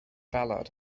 ballad